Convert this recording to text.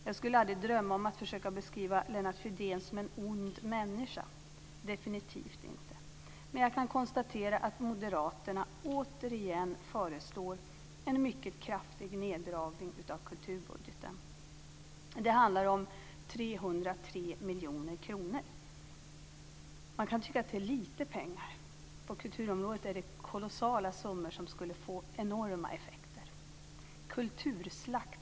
Jag skulle aldrig drömma om att försöka beskriva Lennart Fridén som en ond människa, definitivt inte, men jag kan konstatera att moderaterna återigen föreslår en mycket kraftig neddragning av kulturbudgeten. Det handlar om 303 miljoner kronor. Man kan tycka att det är lite pengar. På kulturområdet är det en kolossal summa, som skulle få enorma effekter.